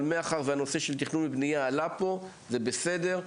מאחר והנושא שתכנון ובנייה עלה פה, זה בסדר.